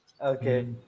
Okay